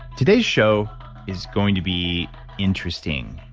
today's show is going to be interesting,